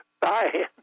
Bye